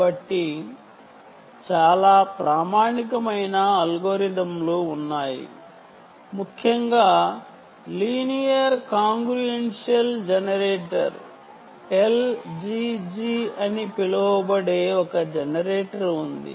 కాబట్టి చాలా ప్రామాణికమైన అల్గోరిథంలు ఉన్నాయి ముఖ్యంగా linear congruential generator linear congruential generator LCG అని పిలువబడే ఒక జనరేటర్ ఉంది